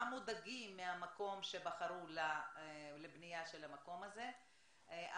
מודאגים מהמקום שבחרו לבנייה של המקום הזה,